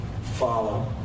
Follow